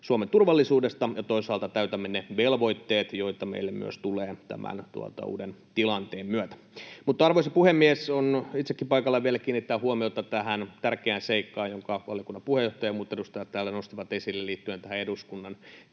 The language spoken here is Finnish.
Suomen turvallisuudesta ja toisaalta täytämme ne velvoitteet, joita meille myös tulee tämän uuden tilanteen myötä. Mutta, arvoisa puhemies, on itsellekin paikallaan vielä kiinnittää huomiota tähän tärkeään seikkaan, jonka valiokunnan puheenjohtaja ja muut edustajat täällä nostivat esille liittyen tähän eduskunnan